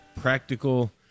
practical